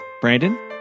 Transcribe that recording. Brandon